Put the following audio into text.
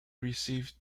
received